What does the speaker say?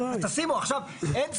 אם תשימו עכשיו, אין סמכויות,